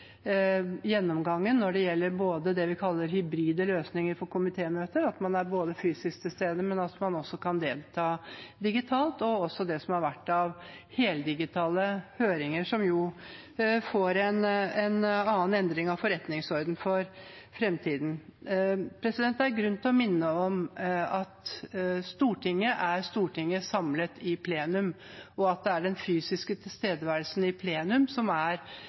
gjennomgangen av både det vi kaller hybride løsninger for komitémøter – at man både er fysisk til stede og også kan delta digitalt – og det som har vært av heldigitale høringer, som jo gis en annen endring av forretningsordenen for fremtiden. Det er grunn til å minne om at Stortinget er Stortinget samlet i plenum, og at det er den fysiske tilstedeværelsen i plenum som er